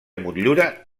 motllura